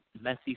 messy